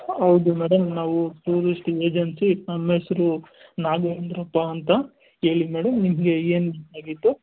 ಹೌದು ಮೇಡಮ್ ನಾವು tourist agency ನಮ್ಮ ಹೆಸ್ರು ನಾಗೇಂದ್ರಪ್ಪ ಅಂತ ಹೇಳಿ ಮೇಡಮ್ ನಿಮಗೆ ಏನು ಬೇಕಾಗಿತ್ತು